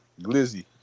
glizzy